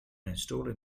installing